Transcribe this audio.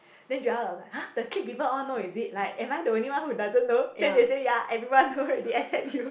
then Joel was like !huh! the clique people all know is it like am I the only one that doesn't know then they say like ya everyone know already except you